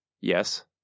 Yes